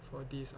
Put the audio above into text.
for this